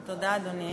תודה, אדוני.